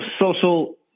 social